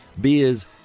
Beers